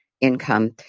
income